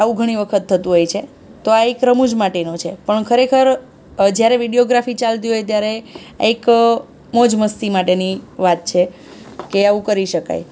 આવું ઘણી વખત થતું હોય છે તો આ એક રમુજ માટેનું છે પણ ખરેખર જ્યારે વિડીયોગ્રાફી ચાલતી હોય ત્યારે આ એક મોજ મસ્તી માટેની વાત છે કે આવું કરી શકાય